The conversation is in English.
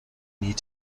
need